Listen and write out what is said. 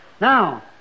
Now